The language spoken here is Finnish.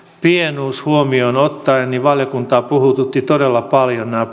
pienuus huomioon ottaen valiokuntaa puhuttivat todella paljon nämä